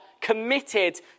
committed